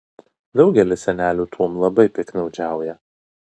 daugelis senelių tuom labai piktnaudžiauja